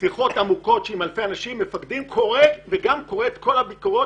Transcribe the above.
שיחות עמוקות עם האנשים וגם קורא את כל הביקורות